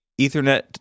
Ethernet